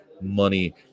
money